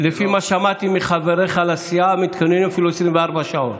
לפי מה ששמעתי מחבריך לסיעה מתכוננים אפילו ל-24 שעות.